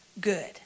Good